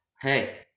Hey